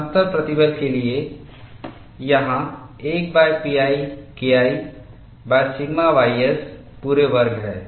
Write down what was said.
समतल प्रतिबल के लिए यहाँ 1 pi KIसिग्मा ys पूरे वर्ग है